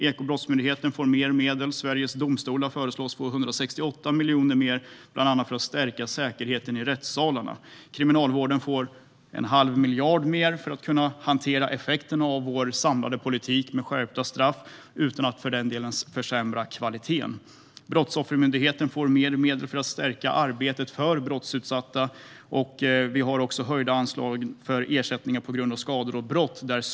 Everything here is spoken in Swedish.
Ekobrottsmyndigheten får mer medel, och Sveriges domstolar föreslås få 168 miljoner mer för att bland annat stärka säkerheten i rättssalarna. Kriminalvården får en halv miljard mer för att kunna hantera effekterna av vår samlade politik med skärpta straff utan att för den delen försämra kvaliteten. Brottsoffermyndigheten får mer medel för att stärka arbetet för brottsutsatta, och vi har höjda anslag för ersättningar på grund av skador och brott.